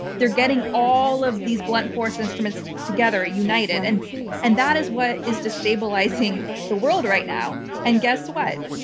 they're getting all of these blunt force instruments together, united. and and that is what is destabilizing the world right now, now, and guess what?